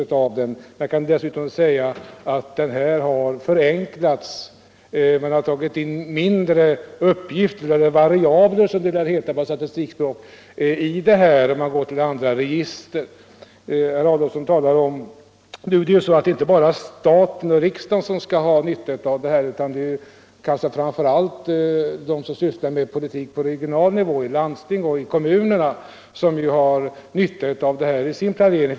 Jag vill bara säga att folkoch bostadsräkningen den här gången har förenklats. Man tar nu in färre uppgifter — eller variabler, som det lär heta på statistikspråk. Nu är det inte bara staten och riksdagen som har nytta av dessa uppgifter, utan det är kanske framför allt kommunaloch landstingspolitikerna som har nytta av dem i sin planering.